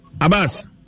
Abbas